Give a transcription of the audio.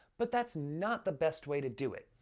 but that's not the best way to do it.